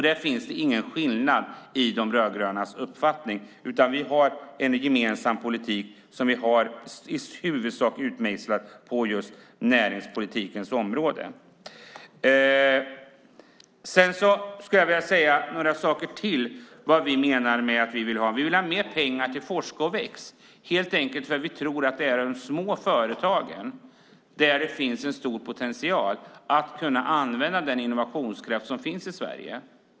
Där finns det alltså ingen skillnad i de rödgrönas uppfattning, utan vi har en gemensam politik som vi i huvudsak har utmejslad på just näringspolitikens område. Jag vill säga lite till om vad vi menar. Vi vill ha mer pengar till programmet Forska och väx, helt enkelt därför att vi tror att det är i de små företagen som det finns en stor potential att använda sig av när det gäller den innovationskraft som finns i Sverige.